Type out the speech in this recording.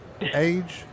age